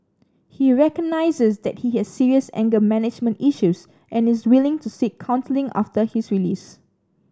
he recognises that he has serious anger management issues and is willing to seek counselling after his release